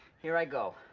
here i go.